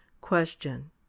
Question